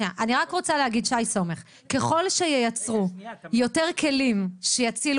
אני רק רוצה להגיד: ככל שייצרו יותר כלים שיצילו